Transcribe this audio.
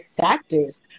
factors